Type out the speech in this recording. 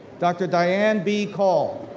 dr. diane b. call.